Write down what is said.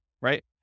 right